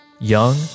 Young